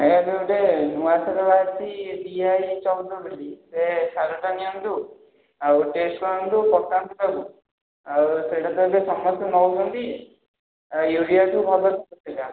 ଆଜ୍ଞା ଏବେ ଗୋଟେ ନୂଆ ସାର ବାହାରିଛି ଡି ଆଇ ଚଉଦ ବୋଲି ସେ ସାରଟା ନିଅନ୍ତୁ ଆଉ ଟେଷ୍ଟ୍ କରନ୍ତୁ ପକାନ୍ତୁ ତାକୁ ଆଉ ସେଇଟା ତ ଏବେ ସମସ୍ତେ ନେଉଛନ୍ତି ଏ ୟୁରିଆ ଠୁ ଭଲ ସାର ସେଟା